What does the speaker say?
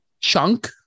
chunk